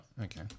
Okay